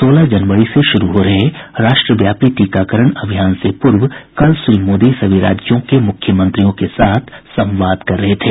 सोलह जनवरी से शुरू हो रहे राष्ट्रव्यापी टीकाकरण अभियान से पूर्व कल श्री मोदी सभी राज्यों के मुख्यमंत्रियों के साथ संवाद कर रहे थे